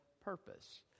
purpose